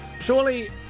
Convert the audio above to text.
Surely